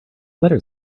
letter